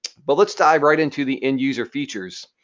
but let's dive right into the end user features.